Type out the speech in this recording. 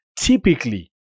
typically